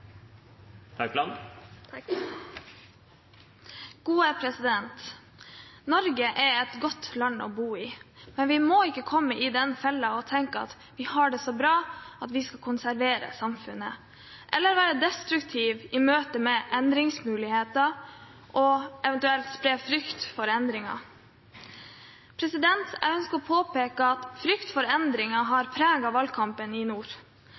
et godt land å bo i, men vi må ikke gå i den fellen å tenke at vi har det så bra at vi skal konservere samfunnet, eller være destruktive i møte med endringsmuligheter og eventuelt spre frykt for endringer. Jeg ønsker å påpeke at frykt for endringer har preget valgkampen i nord.